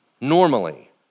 normally